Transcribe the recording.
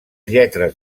lletres